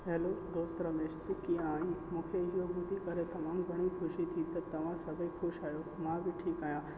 hello दोस्त रमेश तूं कीअं आहीं मूंखे इहो ॿुधी करे तमामु घणी ख़ुशी थी की तव्हां सभई ख़ुशि आहियो मां बि ठीकु आहियां